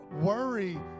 Worry